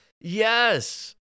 Yes